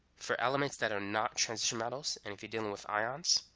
for elements that are not transition metals and if you're dealing with ions,